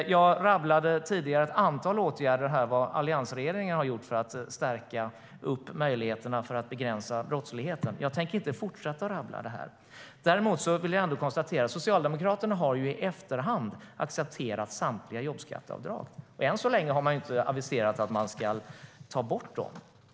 Jag rabblade tidigare ett antal åtgärder som alliansregeringen vidtagit för att stärka möjligheterna att begränsa brottsligheten. Jag tänker inte fortsätta att rabbla dem. Däremot vill jag konstatera att Socialdemokraterna i efterhand har accepterat samtliga jobbskatteavdrag. Än så länge har man inte aviserat att man ska ta bort dem.